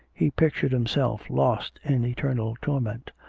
he pictured himself lost in eternal torment.